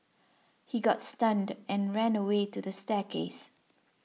he got stunned and ran away to the staircase